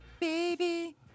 Baby